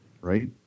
Right